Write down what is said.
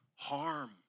Harm